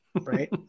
right